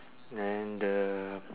then the